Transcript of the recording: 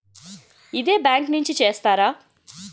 ఇదే బ్యాంక్ నుంచి చేస్తారా?